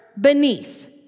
beneath